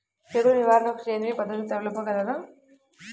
తెగులు నివారణకు సేంద్రియ పద్ధతులు తెలుపగలరు?